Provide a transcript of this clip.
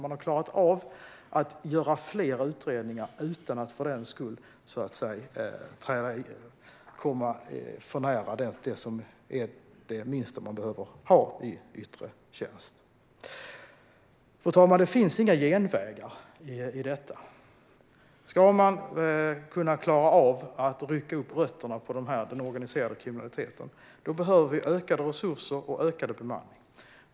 Man har klarat av att göra fler utredningar utan att för den skull komma för nära det som är det minsta man behöver ha i yttre tjänst. Fru talman! Det finns inga genvägar i detta. Ska man kunna klara av att rycka upp rötterna på den organiserade kriminaliteten behöver vi ökade resurser och ökad bemanning.